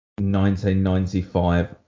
1995